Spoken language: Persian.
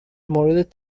مورد